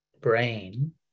brain